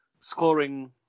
scoring